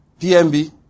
PMB